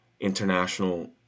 International